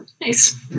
nice